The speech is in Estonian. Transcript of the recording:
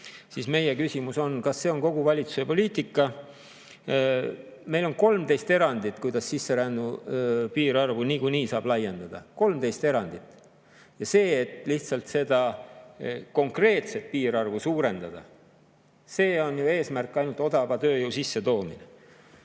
siis meie küsimus on, kas see on kogu valitsuse poliitika. Meil on 13 erandit, kuidas sisserände piirarvu saab niikuinii laiendada. 13 erandit! Ja et lihtsalt seda konkreetset piirarvu suurendada, selle eesmärk on ju ainult odava tööjõu sissetoomine.